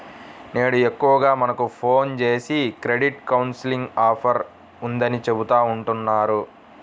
నేడు ఎక్కువగా మనకు ఫోన్ జేసి క్రెడిట్ కౌన్సిలింగ్ ఆఫర్ ఉందని చెబుతా ఉంటన్నారు